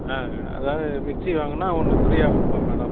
ஆ அதாவது மிக்சி வாங்குனால் ஒன்று ஃப்ரீயாக கொடுப்போம் மேடம்